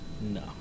No